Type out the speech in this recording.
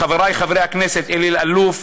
לחברי חברי הכנסת אלי אלאלוף,